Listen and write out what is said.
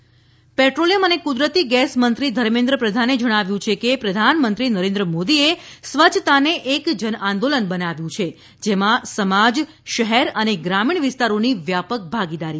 Dharmendra Pradhan petroleum અને કુદરતી gas મંત્રી ધર્મેન્દ્ર પ્રધાને જણાવ્યું છે કે પ્રધાનમંત્રી નરેન્દ્ર મોદીએ સ્વચ્છતાને એક જન આંદોલન બનાવ્યું છે જેમાં સમાજ શહેર અને ગ્રામીણ વિસ્તારોની વ્યાપક ભાગીદારી છે